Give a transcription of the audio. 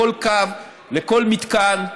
לכל קו, לכל מתקן,